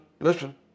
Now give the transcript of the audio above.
listen